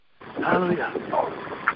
Hallelujah